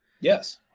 Yes